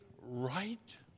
right